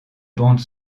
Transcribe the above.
bande